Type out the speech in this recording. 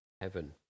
heaven